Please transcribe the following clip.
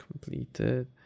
completed